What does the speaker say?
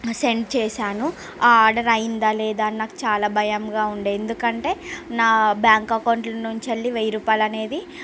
send చేసాను ఆ order అయ్యిందా లేదా అని నాకు చాలా భయంగా ఉండే ఎందుకంటే నా బ్యాంకు అకౌంట్ నుంచి వెయ్యి రూపాయలు అనేది